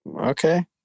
Okay